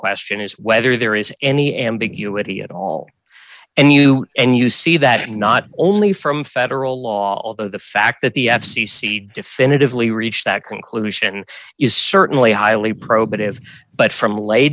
question is whether there is any ambiguity at all and you and you see that not only from federal law although the fact that the f c c definitively reached that conclusion is certainly highly probative but from la